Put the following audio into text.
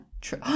true